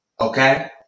Okay